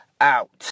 Out